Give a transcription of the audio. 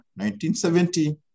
1970